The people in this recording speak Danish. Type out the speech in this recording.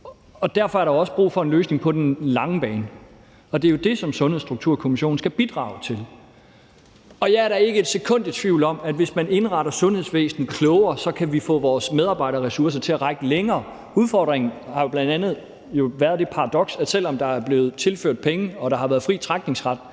og derfor er der også brug for en løsning på den lange bane, og det er det, som Sundhedsstrukturkommissionen skal bidrage til. Og jeg er da ikke et sekund i tvivl om, at hvis vi indretter sundhedsvæsenet klogere, kan vi få vores medarbejderressourcer til at række længere. Udfordringen har jo bl.a. været det paradoks, at selv om der er blevet tilført penge og der har været fri trækningsret,